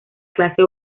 clase